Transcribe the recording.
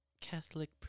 Catholic